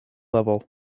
level